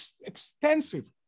extensive